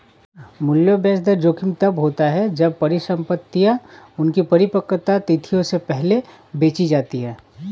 मूल्य ब्याज दर जोखिम तब होता है जब परिसंपतियाँ उनकी परिपक्वता तिथियों से पहले बेची जाती है